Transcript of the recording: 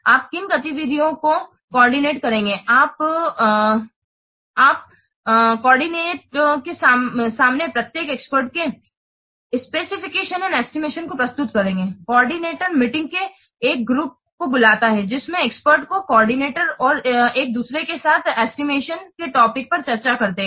आप किन गतिविधियों को कोआर्डिनेट करेंगे आप कोऑर्डिनेट के सामने प्रत्येक एक्सपर्ट के स्पेसिफिकेशन और एस्टिमेशन को प्रस्तुत करेंगे और कोऑर्डिनेटर मीटिंग के एक ग्रुप को बुलाता है जिसमें एक्सपर्ट कोऑर्डिनेटर और एक दूसरे के साथ एस्टिमेशन के टॉपिक पर चर्चा करते हैं